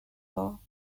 law